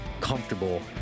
comfortable